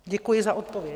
Děkuji za odpověď.